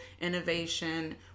innovation